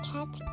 Cat